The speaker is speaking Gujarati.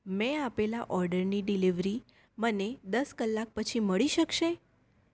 મેં આપેલા ઓર્ડરની ડિલિવરી મને દસ કલાક પછી મળી શકશે